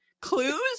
Clues